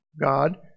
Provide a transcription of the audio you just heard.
God